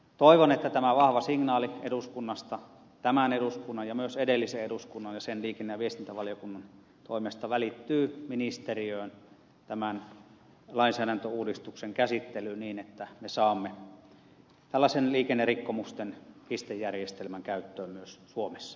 toivon että tämä vahva signaali eduskunnasta tämän eduskunnan ja myös edellisen eduskunnan ja sen liikenne ja viestintävaliokunnan toimesta välittyy ministeriöön tämän lainsäädäntöuudistuksen käsittelyyn niin että me saamme tällaisen liikennerikkomusten pistejärjestelmän käyttöön myös suomessa